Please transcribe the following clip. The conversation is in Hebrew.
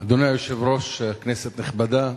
אדוני היושב-ראש, כנסת נכבדה,